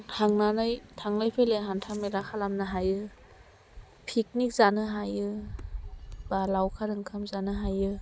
थांनानै थांलाय फैलाय हान्था मेला खालामनो हायो पिकनिक जानो हायो बा लाउखार ओंखाम जानो हायो